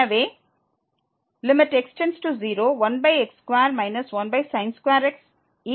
எனவே 1x2 1x 13 எனவே 13 என்பது 1 மற்றும் இந்த 13 ஆகும்